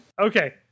Okay